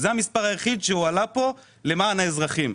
זה המספר היחיד שהועלה כאן למען האזרחים.